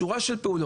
אנחנו פועלים